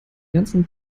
ganzen